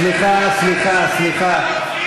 סליחה, סליחה, סליחה.